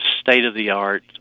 state-of-the-art